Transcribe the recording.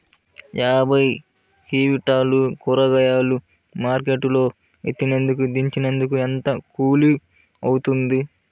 యాభై క్వింటాలు కూరగాయలు మార్కెట్ లో ఎత్తినందుకు, దించినందుకు ఏంత కూలి అవుతుంది?